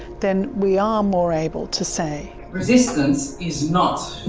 then we are more able to say resistance is not